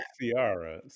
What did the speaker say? Sierra